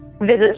visit